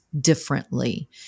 differently